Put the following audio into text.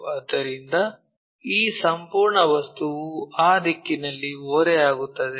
ಆದ್ದರಿಂದ ಈ ಸಂಪೂರ್ಣ ವಸ್ತುವು ಆ ದಿಕ್ಕಿನಲ್ಲಿ ಓರೆಯಾಗುತ್ತದೆ